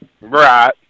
Right